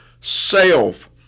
self